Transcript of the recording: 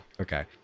okay